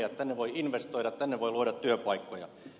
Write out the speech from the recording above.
tänne voi investoida tänne voi luoda työpaikkoja